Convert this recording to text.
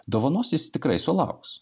dovanos jis tikrai sulauks